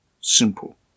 Simple